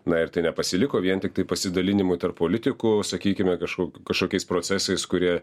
na ir tai nepasiliko vien tiktai pasidalinimu tarp politikų sakykime kažkur kažkokiais procesais kurie